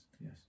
yes